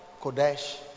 Kodesh